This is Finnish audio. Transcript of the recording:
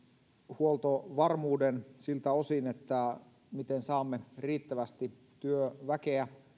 huoltovarmuuden siltä osin miten saamme riittävästi työväkeä